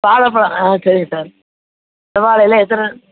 வாழைப் பழம் ஆ சரிங்க சார் செவ்வாழையில எத்தனை